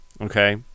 Okay